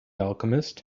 alchemist